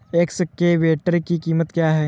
Excavator की कीमत क्या है?